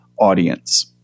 audience